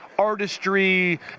artistry